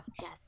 yes